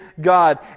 God